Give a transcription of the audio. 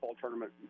tournament